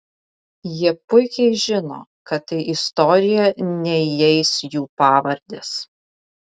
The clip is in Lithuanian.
jie puikiai žino kad į istoriją neįeis jų pavardės